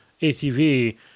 ATV